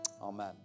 amen